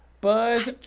Buzz